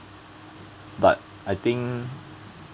but I think